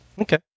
Okay